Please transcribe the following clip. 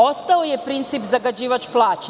Ostao je princip – zagađivač plaća.